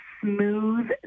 smooth